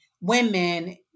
women